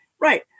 Right